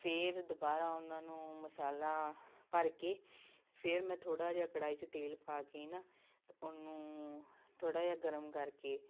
ਫਿਰ ਦੁਬਾਰਾ ਉਹਨਾਂ ਨੂੰ ਮਸਾਲਾ ਭਰ ਕੇ ਫਿਰ ਮੈਂ ਥੋੜ੍ਹਾ ਜਿਹਾ ਕੜਾਹੀ 'ਚ ਤੇਲ ਪਾ ਕੇ ਨਾ ਉਹਨੂੰ ਥੋੜ੍ਹਾ ਜਿਹਾ ਗਰਮ ਕਰਕੇ